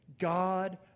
God